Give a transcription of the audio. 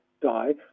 die